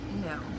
No